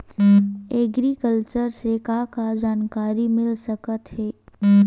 Agriculture से का का जानकारी मिल सकत हे?